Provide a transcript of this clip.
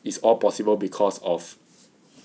it's all possible because of